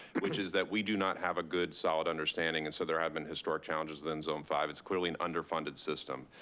which is that we do not have a good solid understanding, and so there have been historic challenges in zone five. it's clearly an underfunded system.